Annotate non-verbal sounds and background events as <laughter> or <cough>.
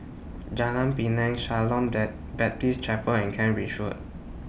Jalan Pinang Shalom <unintelligible> Baptist Chapel and Kent Ridge Road